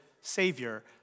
Savior